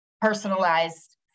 personalized